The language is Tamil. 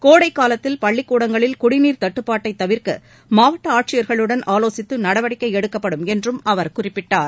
கோடைக்காலத்தில் பள்ளிக்கூடங்களில் குடிநீர் தட்டுப்பாட்டை தவிர்க்க மாவட்ட ஆட்சியர்களுடன் ஆவோசித்து நடவடிக்கை எடுக்கப்படும் என்றும் அவர் குறிப்பிட்டார்